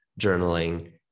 journaling